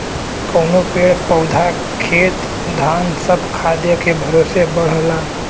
कउनो पेड़ पउधा खेत धान सब खादे के भरोसे बढ़ला